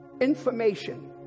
information